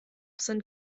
sind